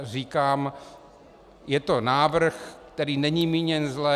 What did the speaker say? Říkám, je to návrh, který není míněn zle.